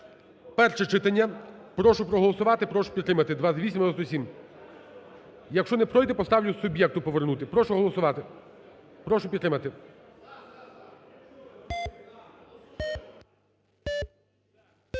перше читання. Прошу проголосувати, прошу підтримати 2897. Якщо не пройде, поставлю суб'єкту повернути. Прошу голосувати, прошу підтримати.